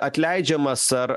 atleidžiamas ar